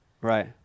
right